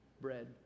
bread